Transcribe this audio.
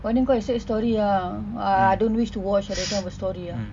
but then quite a sad story ah I I don't wish to watch that kind of story ah